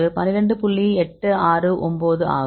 869 ஆகும்